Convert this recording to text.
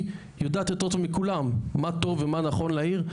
יודעת יותר טוב מכולם מה טוב ומה נכון לעיר,